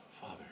Father